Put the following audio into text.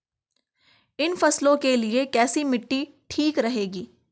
इन फसलों के लिए कैसी मिट्टी ठीक रहेगी?